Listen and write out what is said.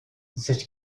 that